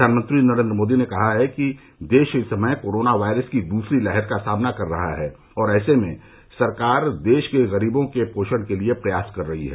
प्रधानमंत्री नरेंद्र मोदी ने कहा है कि देश इस समय कोरोना वायरस की दूसरी लहर का सामना कर रहा है और ऐसे में सरकार देश के गरीबों के पोषण के लिए प्रयास कर रही है